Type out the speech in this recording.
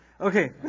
Okay